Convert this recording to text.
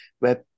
web